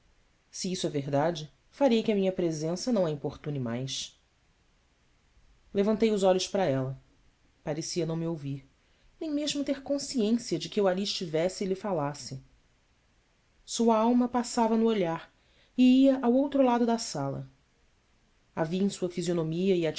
se isso é verdade farei que a minha presença não a